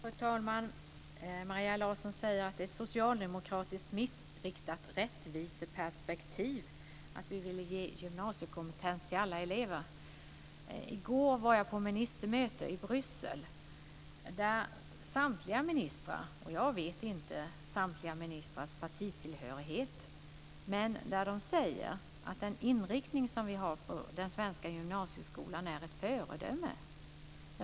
Fru talman! Maria Larsson säger att det är ett socialdemokratiskt missriktat rättviseperspektiv att vi vill ge gymnasiekompetens till alla elever. I går var jag på ministermöte i Bryssel där samtliga ministrar - jag känner inte till alla ministrars partitillhörighet - sade att den inriktning som vi har på den svenska gymnasieskolan är ett föredöme.